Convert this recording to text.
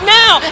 now